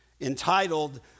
entitled